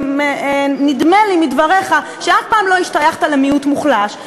נדמה לי מדבריך שאף פעם לא השתייכת למיעוט מוחלש,